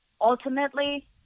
ultimately